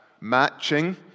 matching